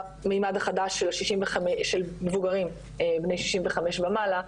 המימד החדש של ה-65, מובגרים בני 65 ומעלה,